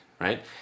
Right